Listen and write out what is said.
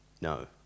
No